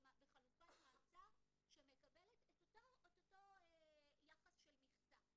בחלופת מעצר שמקבלת את אותו יחס של מכסה.